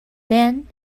then